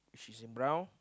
she's in brown